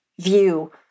view